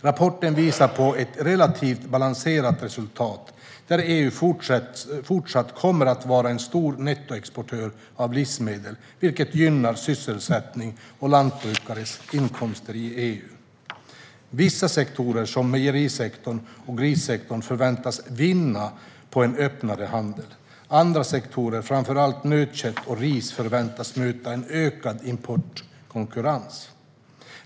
Rapporten visar på ett relativt balanserat resultat där EU fortsätter att vara en stor nettoexportör av livsmedel, vilket gynnar sysselsättning och lantbrukares inkomster i EU. Vissa sektorer, som mejerisektorn och grissektorn, förväntas vinna på en öppnare handel. Andra sektorer, framför allt nötkött och ris, förväntas möta en ökad importkonkurrens.